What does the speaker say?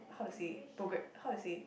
how to say programme how to say